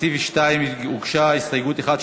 לסעיף 2 הוגשה הסתייגות אחת,